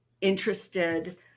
interested